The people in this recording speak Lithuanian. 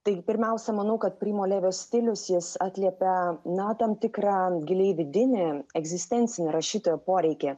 tai pirmiausia manau kad primo levio stilius jis atliepia na tam tikrą giliai vidinį egzistencinį rašytojo poreikį